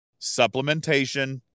supplementation